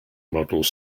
models